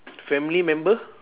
family member